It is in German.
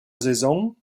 saison